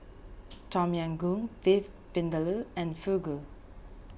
Tom Yam Goong Beef Vindaloo and Fugu